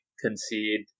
concede